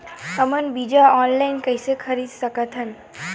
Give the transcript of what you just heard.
हमन बीजा ऑनलाइन कइसे खरीद सकथन?